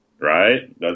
right